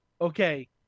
okay